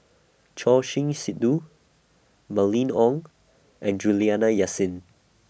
Choor Singh Sidhu Mylene Ong and Juliana Yasin